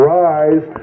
rise